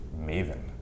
maven